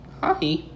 Hi